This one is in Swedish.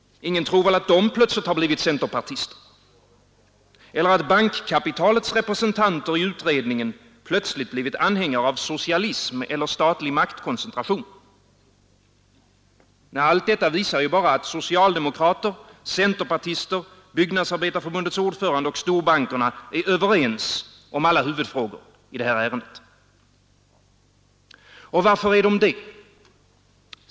Ingen tror väl att de plötsligt blivit centerpartister? Eller att bankkapitalets representanter i utredningen plötsligt blivit anhängare av socialism eller statlig maktkoncentration? Nej, allt detta visar bara att socialdemokrater, centerpartister, byggnadsförbundets ordförande och storbankerna är överens om alla huvudfrågor i det här ärendet. Och varför är de det?